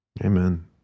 Amen